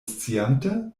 sciante